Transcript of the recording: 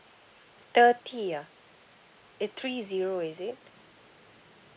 thirty ah it three zero is it